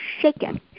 shaken